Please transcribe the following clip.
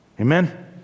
Amen